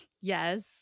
Yes